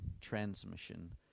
transmission